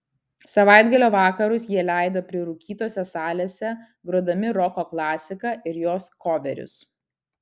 savaitgalio vakarus jie leido prirūkytose salėse grodami roko klasiką ir jos koverius